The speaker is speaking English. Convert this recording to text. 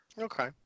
Okay